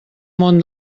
món